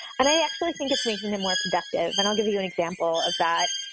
and i actually think it's making them more productive, and i'll give you you an example of that.